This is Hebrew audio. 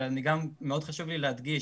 אבל מאוד חשוב לי להדגיש,